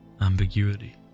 ambiguity